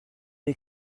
est